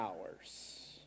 hours